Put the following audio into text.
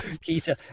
Peter